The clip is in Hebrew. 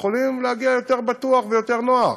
יכולים להגיע יותר בטוח ויותר נוח.